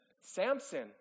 Samson